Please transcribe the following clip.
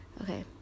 Okay